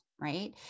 right